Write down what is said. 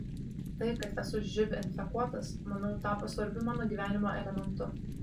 tai kad esu živ infekuotas manau tapo svarbiu mano gyvenimo elementu